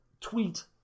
tweet